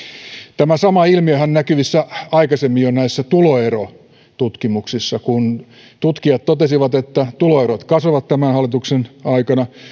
tämä sama ilmiöhän oli näkyvissä aikaisemmin jo näissä tuloerotutkimuksissa kun tutkijat totesivat että tuloerot kasvavat tämän hallituksen aikana